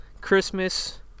Christmas